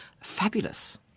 fabulous